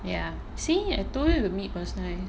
ya see I told you the meat was nice